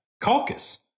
caucus